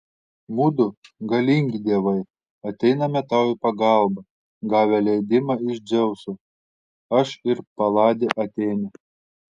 mudu galingi dievai ateiname tau į pagalbą gavę leidimą iš dzeuso aš ir paladė atėnė